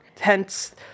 hence